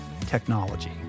technology